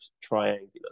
triangular